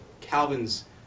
Calvin's